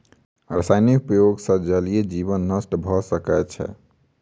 रासायनिक उपयोग सॅ जलीय जीवन नष्ट भ सकै छै